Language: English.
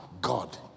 God